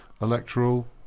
electoral